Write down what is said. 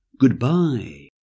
goodbye